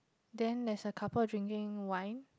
then there is a couple of drinking wine